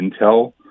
Intel